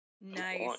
Nice